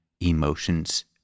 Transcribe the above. emotions